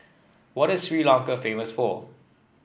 what is Sri Lanka famous for